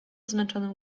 zmęczonym